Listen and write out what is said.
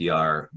PR